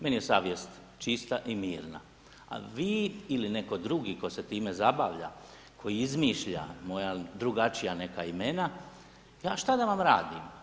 Meni je savjest čista i mirna, a vi ili netko drugi tko se time zabavlja, koji izmišlja moja drugačija neka imena ja šta da vam radim.